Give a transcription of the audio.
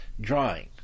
drawing